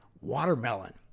watermelon